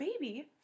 baby